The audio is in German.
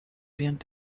während